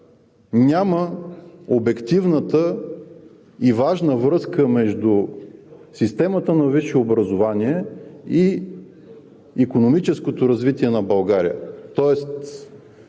няма обективната и важна връзка между системата на висше образование и икономическото развитие на България,